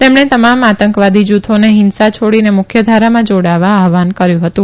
તેમણે તમામ આતંકવાદી જુથોને હીંસા છોડીને મુખ્યધારામાં જાડાવા આહવાન કર્યુ હતું